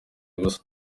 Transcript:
ubusa